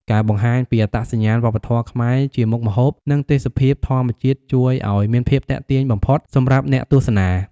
ការបង្ហាញពីអត្តសញ្ញាណវប្បធម៌ខ្មែរជាមុខម្ហូប និងទេសភាពធម្មជាតិជួយឲ្យមានភាពទាក់ទាញបំផុតសម្រាប់អ្នកទស្សនា។